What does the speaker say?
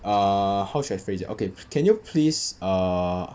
uh how should I phrase it okay can you please err